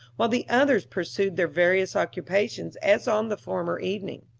while the others pursued their various occupations as on the former evening.